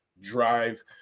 drive